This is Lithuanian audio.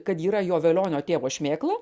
kad ji yra jo velionio tėvo šmėkla